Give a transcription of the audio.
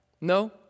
No